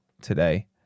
today